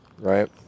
right